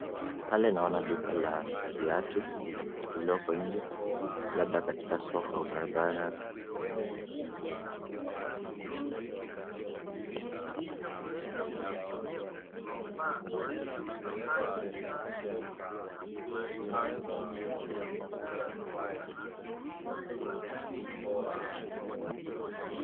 Pale naon duka la viatu lililoko nje labda kwenye soko au barabara.